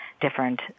different